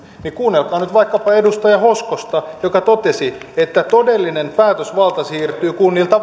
niin kuunnelkaa nyt vaikkapa edustaja hoskosta joka totesi että todellinen päätösvalta siirtyy kunnilta